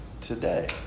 today